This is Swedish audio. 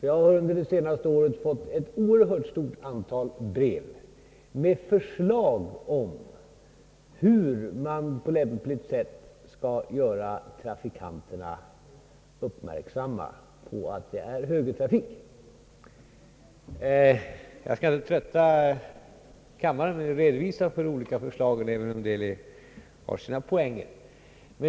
Jag har under det senaste året fått ett oerhört stort antal brev med förslag om hur man på lämpligaste sätt skall kunna göra trafikanterna uppmärksamma på att det är högertrafik. Jag skall inte trötta kammaren med att redovisa de olika förslagen, även om en del av dem har sina poänger.